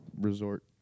resort